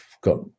got